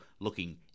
looking